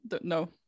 no